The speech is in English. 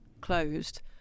closed